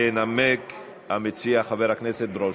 מס' 5480. ינמק המציע, חבר הכנסת ברושי.